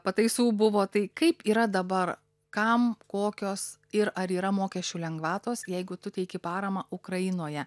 pataisų buvo tai kaip yra dabar kam kokios ir ar yra mokesčių lengvatos jeigu tu teiki paramą ukrainoje